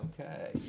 okay